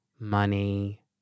money